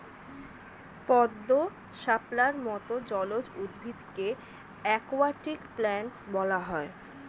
পদ্ম, শাপলার মত জলজ উদ্ভিদকে অ্যাকোয়াটিক প্ল্যান্টস বলা হয়